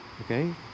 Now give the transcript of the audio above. okay